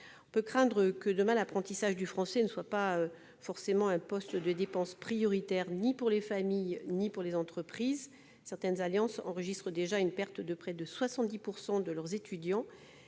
On peut craindre que l'apprentissage du français ne représente pas forcément, demain, un poste de dépense prioritaire pour les familles et les entreprises. Certaines Alliances enregistrent d'ores et déjà une perte de près de 70 % de leurs étudiants.